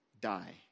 die